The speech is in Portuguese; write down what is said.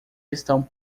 estão